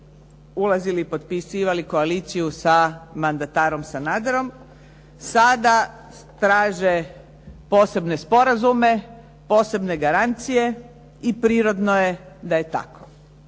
ulazili i potpisivali koaliciju sa mandatarom Sanaderom. Sada traže posebne sporazume, posebne garancije i prirodno je da je tako.